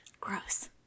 Gross